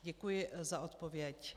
Děkuji za odpověď.